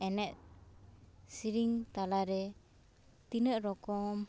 ᱮᱱᱮᱡ ᱥᱤᱨᱤᱧ ᱛᱟᱞᱟᱨᱮ ᱛᱤᱱᱟᱹᱜ ᱨᱚᱠᱚᱢ